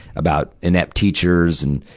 about inept teachers and,